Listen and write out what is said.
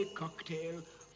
cocktail